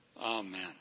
Amen